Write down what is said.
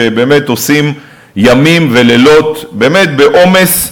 שבאמת עושים ימים ולילות בעומס,